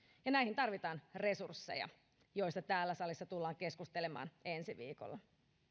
ja näihin tarvitaan resursseja joista täällä salissa tullaan keskustelemaan ensi viikolla